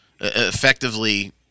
effectively